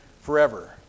forever